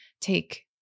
take